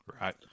Right